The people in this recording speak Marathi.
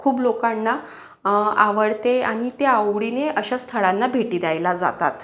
खूप लोकांना आवडते आणि ते आवडीने अशा स्थळांना भेटी द्यायला जातात